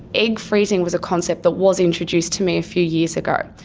egg freezing was a concept that was introduced to me a few years ago.